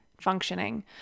functioning